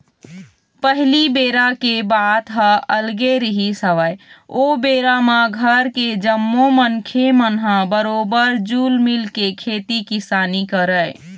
पहिली बेरा के बात ह अलगे रिहिस हवय ओ बेरा म घर के जम्मो मनखे मन ह बरोबर जुल मिलके खेती किसानी करय